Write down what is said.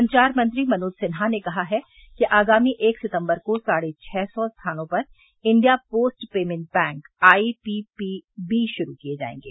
संचार मंत्री मनोज सिन्हा ने कहा है कि आगामी एक सितम्बर को साढ़े छह सौ स्थानों पर India Post Payment Bank IPPB शुरू किए जायेंगे